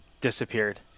disappeared